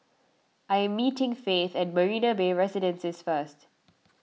I am meeting Faith at Marina Bay Residences first